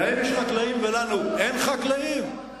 להם יש חקלאים ולנו אין חקלאים?